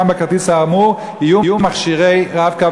בכרטיס האמור יהיו בכל הארץ מכשירי "רב-קו"